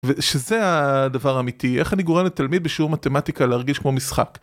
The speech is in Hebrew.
ושזה הדבר האמיתי, איך אני גורם לתלמיד בשיעור מתמטיקה להרגיש כמו משחק?